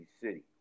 City